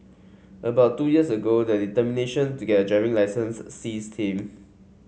about two years ago the determination to get a driving licence seized him